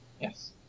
yes